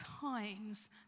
times